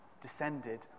descended